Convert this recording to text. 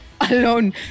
alone